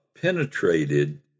penetrated